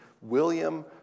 William